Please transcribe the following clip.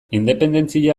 independentzia